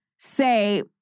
say